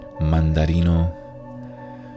mandarino